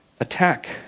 attack